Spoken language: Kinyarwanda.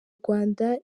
rwanda